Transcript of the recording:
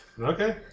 Okay